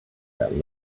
that